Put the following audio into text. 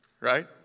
right